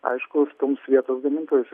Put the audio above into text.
aišku išstums lietuvių gamintojus